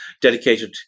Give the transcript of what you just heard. dedicated